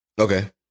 Okay